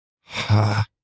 Ha